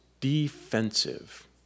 defensive